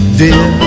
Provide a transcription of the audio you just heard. dear